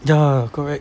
ya correct